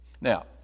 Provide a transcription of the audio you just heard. Now